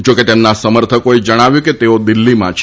જોકે તેમના સમર્થકોએ જણાવ્યું હતું કે તેઓ દિલ્હીમાં છે